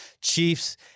Chiefs